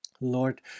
Lord